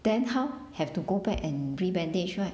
then how have to go back and rebandage right